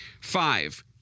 Five